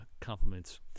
compliments